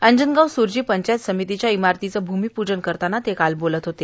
अंजनगाव सुर्जी पंचायत समितीच्या इमारतीचे भूमिपूजन करताना ते बोलत होते